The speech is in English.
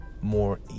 more